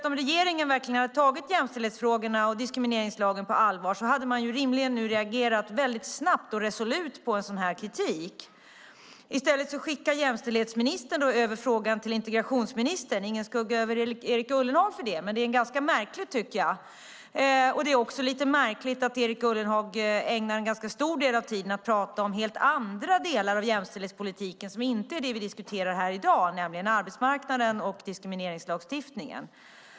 Om regeringen verkligen hade tagit jämställdhetsfrågorna och diskrimineringslagen på allvar hade man rimligen reagerat snabbt och resolut på en sådan kritik. I stället skickar jämställdhetsministern över frågan till integrationsministern - ingen skugga över Erik Ullenhag för det - vilket jag tycker är ganska märkligt. Lite märkligt är det också att Erik Ullenhag ägnar en ganska stor del av tiden till att tala om helt andra delar av jämställdhetspolitiken, sådant som inte är det vi diskuterar i dag, nämligen arbetsmarknaden och diskrimineringslagstiftningen.